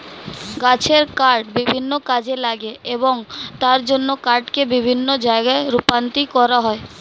গাছের কাঠ বিভিন্ন কাজে লাগে এবং তার জন্য কাঠকে বিভিন্ন জায়গায় রপ্তানি করা হয়